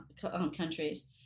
countries